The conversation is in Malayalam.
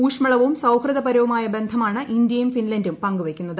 ഊഷ്മളവും സൌഹൃദപരവുമായ ബന്ധമാണ് ഇന്ത്യയും ഫിൻലൻഡും പങ്കുവയ്ക്കുന്നത്